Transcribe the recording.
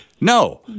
no